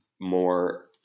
more